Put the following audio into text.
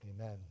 amen